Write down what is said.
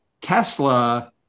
Tesla